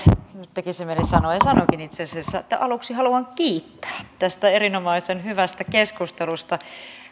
tekisi mieli sanoa ja sanonkin itse asiassa että aluksi haluan kiittää tästä erinomaisen hyvästä keskustelusta